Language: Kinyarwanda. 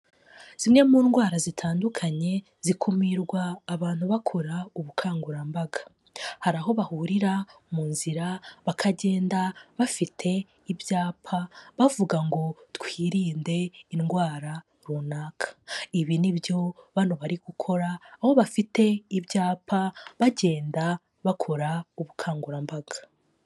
Zimwe mu ndwara zitandukanye, zikumirwa abantu bakora ubukangurambaga, hari aho bahurira mu nzira, bakagenda bafite ibyapa bavuga ngo twirinde indwara runaka, ibi nibyo bantu bari gukora, aho bafite ibyapa, bagenda bakora ubukangurambaga.